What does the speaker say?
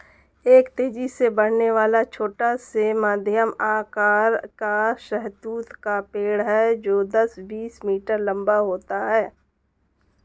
एक तेजी से बढ़ने वाला, छोटा से मध्यम आकार का शहतूत का पेड़ है जो दस, बीस मीटर लंबा होता है